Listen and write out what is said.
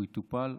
הוא יטופל.